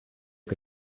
che